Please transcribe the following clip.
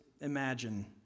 imagine